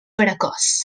precoç